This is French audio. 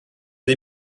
des